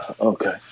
Okay